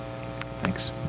Thanks